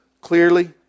clearly